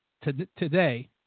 today